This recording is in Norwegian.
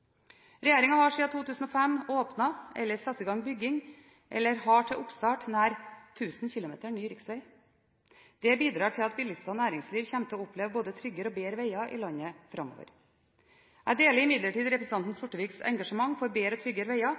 har siden 2005 åpnet, satt i gang bygging eller har til oppstart nær 1 000 km ny riksvei. Det bidrar til at bilister og næringsliv kommer til å oppleve både tryggere og bedre veier i landet framover. Jeg deler imidlertid representanten Sorteviks engasjement for bedre og tryggere veier,